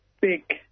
big